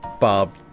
Bob